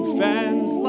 fans